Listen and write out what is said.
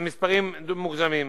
מספרים מוגזמים.